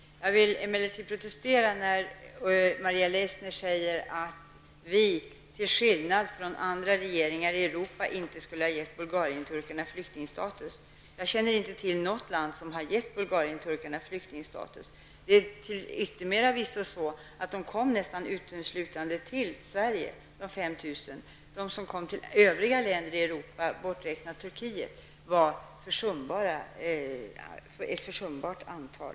Däremot vill jag protestera när Maria Leissner säger att regeringen till skillnad från andra regeringar i Europa inte skulle ha gett Bulgarienturkarna flyktingstatus. Jag känner inte till något land som har gett Bulgarienturkarna flyktingstatus. Till yttermera visso har de kommit nästan uteslutande till Sverige -- 5 000. De som kom till övriga länder i Europa, borträknat Turkiet, var ett försumbart antal.